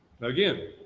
again